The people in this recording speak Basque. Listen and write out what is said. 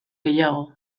gehiago